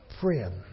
Friend